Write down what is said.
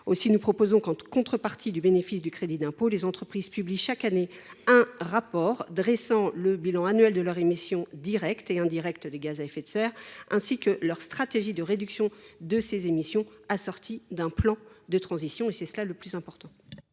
Nous proposons donc qu’en contrepartie du bénéfice du crédit d’impôt, les entreprises publient chaque année un rapport dressant le bilan annuel de leurs émissions directes et indirectes des gaz à effet de serre, ainsi que leur stratégie de réduction de ces émissions, assortie d’un plan de transition ; c’est le point le plus important.